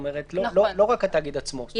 לא רק התאגיד עצמו.